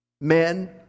Men